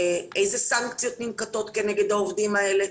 איזה סנקציות ננקטות כנגד העובדים האלה?